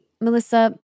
Melissa